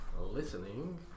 listening